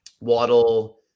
Waddle